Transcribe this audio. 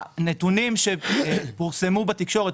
הנתונים שפורסמו בתקשורת,